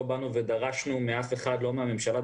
לא דרשנו מאף אחד בממשלה,